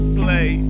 play